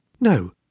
No